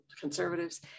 conservatives